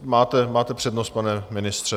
Máte přednost, pane ministře.